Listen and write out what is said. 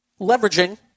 leveraging